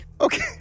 Okay